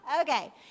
Okay